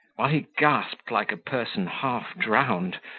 while he gasped like a person half-drowned,